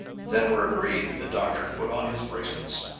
then we're agreed. the doctor put on his bracelets.